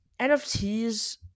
NFTs